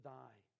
die